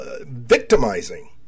victimizing